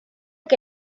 que